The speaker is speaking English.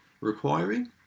requiring